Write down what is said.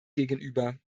gegenüber